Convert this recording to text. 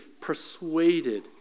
persuaded